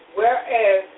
Whereas